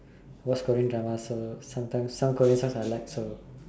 watch Korean dramas so sometimes some Korean songs I like so